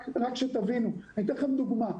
אני אתן לכם דוגמה.